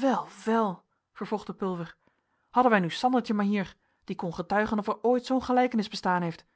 wel wel vervolgde pulver hadden wij nu sandertje maar hier die kon getuigen of er ooit zoo'n gelijkenis bestaan heeft